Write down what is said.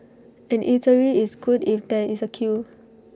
an eatery is good if there is A queue